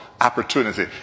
opportunity